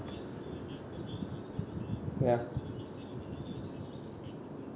ya